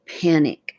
panic